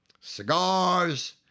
cigars